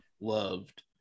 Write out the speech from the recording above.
loved